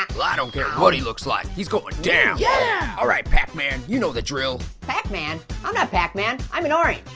don't care what he looks like. he's going down. yeah! all right, pac-man. you know the drill. pac-man? i'm not pac-man. i'm an orange.